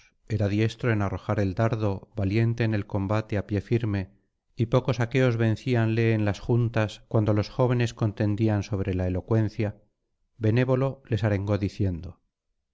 era diestro en arrojar el dardo valiente en el combate á pie firme y pocos aqueos vencíanle en las juntas cuando los jóvenes contendían sobre la elocuencia benévolo les arengó diciendo